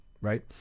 right